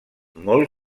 molt